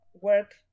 work